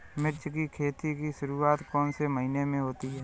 मिर्च की खेती की शुरूआत कौन से महीने में होती है?